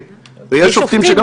יש שופטים שיודעים, בהחלט כן.